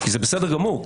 זה בסדר גמור,